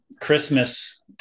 Christmas